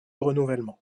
renouvellement